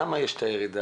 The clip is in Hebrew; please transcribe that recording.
למה יש את הירידה,